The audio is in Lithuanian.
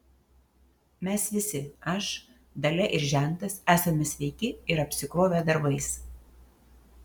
mes visi aš dalia ir žentas esame sveiki ir apsikrovę darbais